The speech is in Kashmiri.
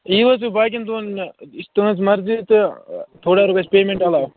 یِیِو حظ تُہۍ باقیَن دۄہَن یہِ چھِ تُہٕنٛز مَرضی تہٕ تھوڑا روزِ پیمٮ۪نٛٹ علاو